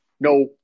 No